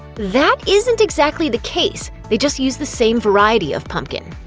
that isn't exactly the case they just use the same variety of pumpkin.